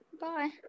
Bye